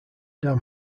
dame